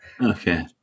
okay